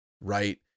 Right